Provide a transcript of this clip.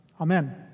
Amen